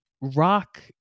Rock